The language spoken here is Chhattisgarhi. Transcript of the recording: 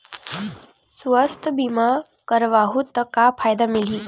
सुवास्थ बीमा करवाहू त का फ़ायदा मिलही?